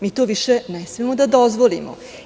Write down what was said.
Mi to više ne smemo da dozvolimo.